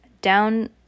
down